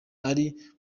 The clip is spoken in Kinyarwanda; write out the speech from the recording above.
ari